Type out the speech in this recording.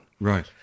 Right